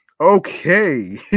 Okay